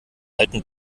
alten